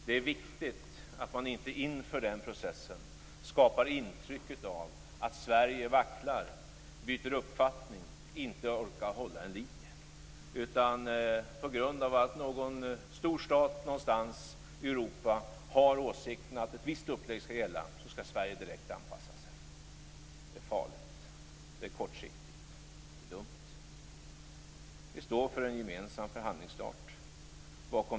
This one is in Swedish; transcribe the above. Det är viktigt att man inte inför den processen skapar intrycket av att Sverige vacklar, byter uppfattning, inte orkar hålla en linje utan på grund av att någon stor stat någonstans i Europa har åsikten att ett visst upplägg skall gälla, skall Sverige direkt anpassa sig. Det är farligt, och det är kortsiktigt. Det är dumt. Vi står för en gemensam förhandlingsstart.